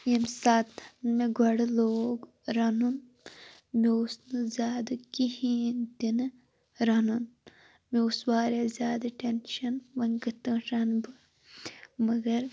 ییٚمہِ ساتہِ مےٚ گۄڈٕ لوگ رَنُن مےٚ اوس نہٕ زیادٕ کہینۍ تِنہٕ رَنُن مےٚ اوس وارِیاہ زیادٕ ٹیٚنشَن وۄنۍ کِتھ پٲٹھۍ رَنہِ بہٕ مَگَر